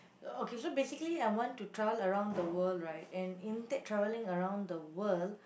okay so basically I want to travel around the world right and in that travelling around the world